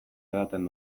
edaten